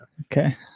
Okay